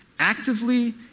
Actively